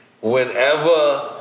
Whenever